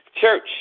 Church